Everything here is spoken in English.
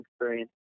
experience